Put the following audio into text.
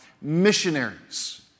missionaries